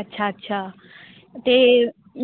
ਅੱਛਾ ਅੱਛਾ ਅਤੇ